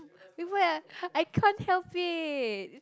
I can't help it